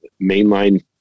mainline